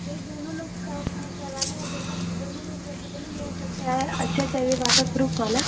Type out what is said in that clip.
नहीं दोनों लोग का करवाना है मेकअप तो दोनों लोग का कितने में आ सकता है अच्छा चाहिए वाटरप्रूफ वाला